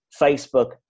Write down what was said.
facebook